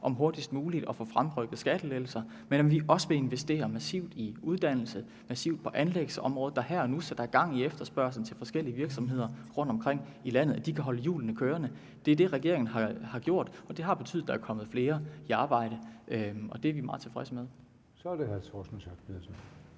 om hurtigst muligt at få fremrykket skattelettelser, altså at vi også vil investere massivt i uddannelse, massivt på anlægsområdet, der her og nu sætter gang i efterspørgslen til forskellige virksomheder rundtomkring i landet, så de kan holde hjulene kørende. Det er det, regeringen har gjort, og det har betydet, at der er kommet flere i arbejde, og det er vi meget tilfredse med. Kl. 11:44 Formanden: Så er